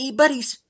buddies